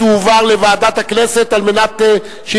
שתעבור לוועדה שוועדת הכנסת תחליט על כך.